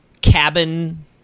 cabin